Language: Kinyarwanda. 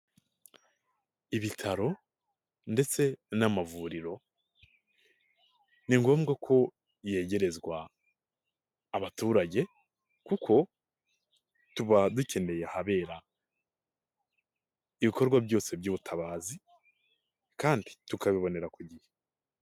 Ibitaro ndetse n'amavuriro, ni ngombwa ko yegerezwa abaturage kuko tuba dukeneye ahabera, ibikorwa byose by'ubutabazi kandi tukabibonera ku gihe.